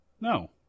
No